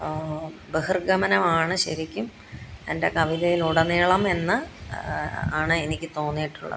ബഹിർഗമനമാണ് ശരിക്കും എൻ്റെ കവിതയിൽ ഉടനീളം എന്ന് ആണ് എനിക്ക് തോന്നിയിട്ടുള്ളത്